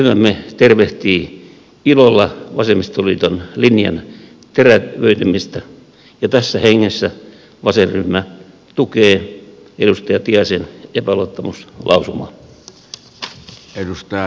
ryhmämme tervehtii ilolla vasemmistoliiton linjan terävöitymistä ja tässä hengessä vasenryhmä tukee edustaja tiaisen epäluottamuslausumaa